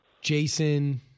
Jason